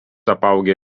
apaugę